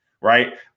right